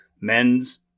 men's